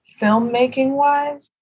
Filmmaking-wise